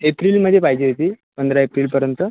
एप्रिलमध्ये पाहिजे होती पंधरा एप्रिलपर्यंत